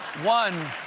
one